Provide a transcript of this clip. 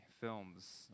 films